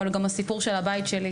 אבל הוא גם הסיפור של הבית שלי,